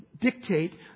dictate